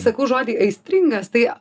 sakau žodį aistringas tai